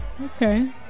Okay